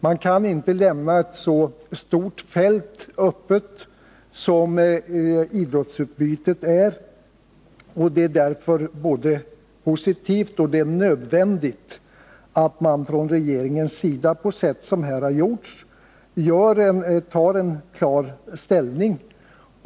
Man kan inte lämna ett så stort fält öppet som idrottsutbytet utgör. Det är därför både positivt och nödvändigt att man från, regeringens sida, på sätt som här skett, tar en klar ställning.